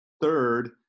third